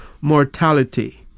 mortality